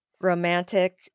Romantic